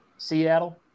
Seattle